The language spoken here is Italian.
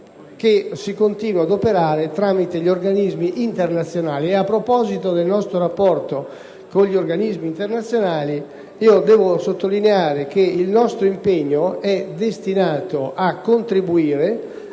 dove si continua ad operare tramite gli organismi internazionali. Quanto al rapporto con gli organismi internazionali, sottolineo che il nostro impegno è destinato a contribuire